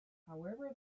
however